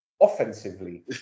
offensively